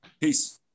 Peace